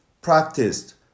practiced